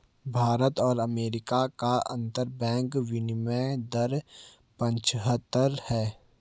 भारत और अमेरिका का अंतरबैंक विनियम दर पचहत्तर है